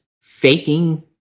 faking